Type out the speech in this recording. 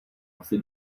asi